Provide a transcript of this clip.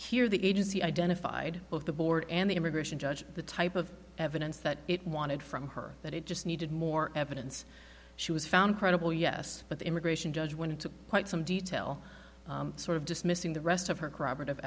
here the agency identified with the board and the immigration judge the type of evidence that it wanted from her that it just needed more evidence she was found credible yes but the immigration judge went into quite some detail sort of dismissing the rest of her corroborat